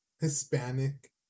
Hispanic